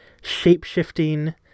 shape-shifting